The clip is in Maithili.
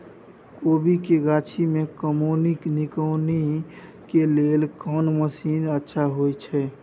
कोबी के गाछी में कमोनी निकौनी के लेल कोन मसीन अच्छा होय छै?